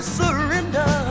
surrender